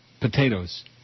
potatoes